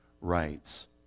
writes